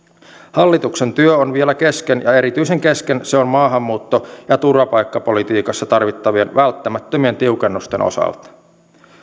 hallituksen työ on vielä kesken ja erityisen kesken se on maahanmuutto ja turvapaikkapolitiikassa tarvittavien välttämättömien tiukennusten osalta